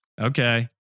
Okay